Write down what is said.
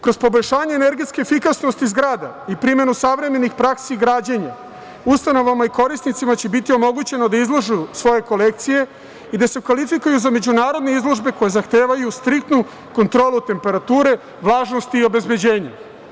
Kroz poboljšanje energetske efikasnosti zgrada i primenu savremenih praksi građenja, ustanovama i korisnicima će biti omogućeno da izlažu svoje kolekcije i da se kvalifikuju za međunarodne izložbe koje zahtevaju striktnu kontrolu temperature, vlažnosti i obezbeđenja.